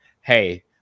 Hey